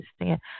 understand